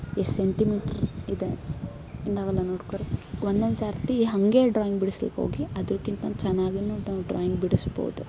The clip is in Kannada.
ಎಸ್ ಸೆಂಟಿಮೀಟ್ರ್ ಇದೆ ಇನ್ನವೆಲ್ಲ ನೋಡ್ಕೊ ರೀ ಒಂದೊಂದು ಸರ್ತಿ ಹಾಗೆ ಡ್ರಾಯಿಂಗ್ ಬಿಡಿಸ್ಲಿಕ್ಕೆ ಹೋಗಿ ಅದಕ್ಕಿಂತನೂ ಚೆನ್ನಾಗಿಯೂ ಡ್ರಾಯಿಂಗ್ ಬಿಡಿಸ್ಬೋದು